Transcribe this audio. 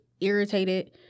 irritated